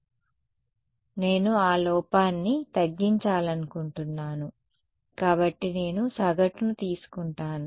కాబట్టి నేను ఆ లోపాన్ని తగ్గించాలనుకుంటున్నాను కాబట్టి నేను సగటును తీసుకుంటాను